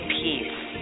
peace